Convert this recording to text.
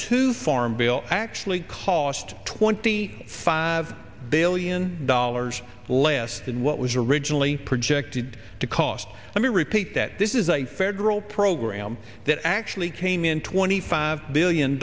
two farm bill actually cost twenty five billion dollars less than what was originally projected to cost let me repeat that this is a federal program that actually came in twenty five billion